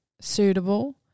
suitable